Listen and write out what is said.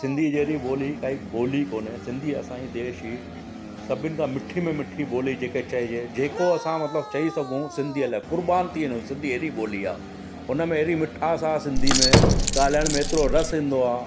सिंधी जहिड़ी ॿोली काई ॿोली कोन्हे सिंधी असां जी देश ई सभिन खां मिठी में मिठी ॿोली जेका चइजे जेको असां मतिलबु चई सघूं सिंधीअ लाइ क़ुर्बान थी वञो सिंधी अहिड़ी ॿोली आहे हुन में अहिड़ी मिठास आहे सिंधी में ॻाल्हाइण में एतिरो रसु ईंदो आहे